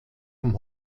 vom